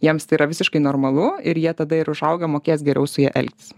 jiems tai yra visiškai normalu ir jie tada ir užaugę mokės geriau su ja elgtis